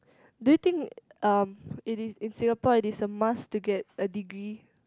do you think um it is in Singapore it is a must to get a degree